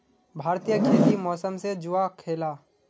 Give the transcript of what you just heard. भारतीय खेती मौसम से जुआ खेलाह